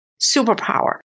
superpower